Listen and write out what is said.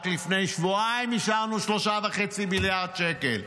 רק לפני שבועיים אישרנו 3.5 מיליארד שקל.